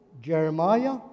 Jeremiah